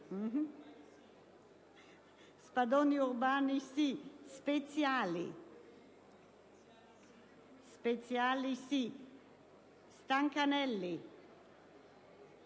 Spadoni Urbani, Speziali, Stancanelli,